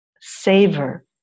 Savor